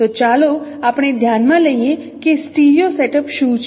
તો ચાલો આપણે ધ્યાનમાં લઈએ કે સ્ટીરિયો સેટઅપ શું છે